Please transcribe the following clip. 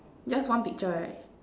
just one picture right